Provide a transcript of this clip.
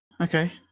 Okay